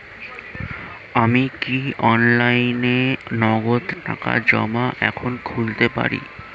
আমি কি অনলাইনে নগদ টাকা জমা এখন খুলতে পারি?